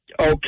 okay